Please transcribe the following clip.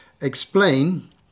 explain